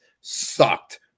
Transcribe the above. sucked